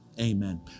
Amen